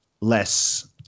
less